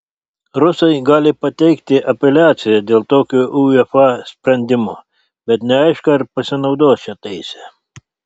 rusai gali pateikti apeliaciją dėl tokio uefa sprendimo bet neaišku ar pasinaudos šia teise